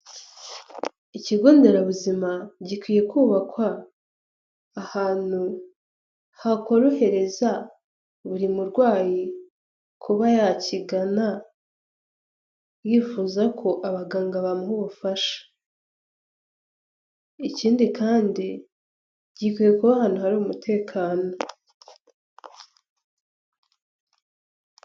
Ikigo nderabuzima gikwiye kubakwa ahantu hakorohereza buri murwayi kuba yakigana, yifuza ko abaganga bamuha ubufasha. Ikindi kandi gikwiye kuba ahantu hari umutekano.